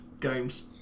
games